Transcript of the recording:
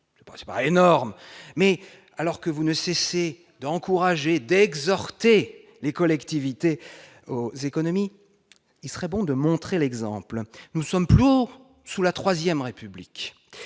pas c'est pas énorme, mais alors que vous ne cessez d'encourager d'exhorter les collectivités, économie, il serait bon de montrer l'exemple, nous sommes sous la IIIe République